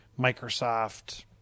Microsoft